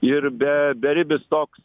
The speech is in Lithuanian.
ir be beribis toks